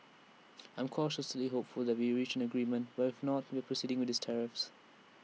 I'm cautiously hopeful that we reach an agreement but if not we are proceeding with these tariffs